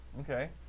Okay